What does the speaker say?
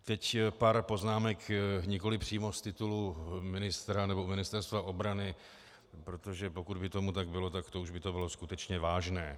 Teď pár poznámek nikoli přímo z titulu ministra nebo Ministerstva obrany, protože pokud by tomu tak bylo, tak to už by to bylo skutečně vážné.